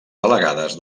delegades